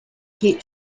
pete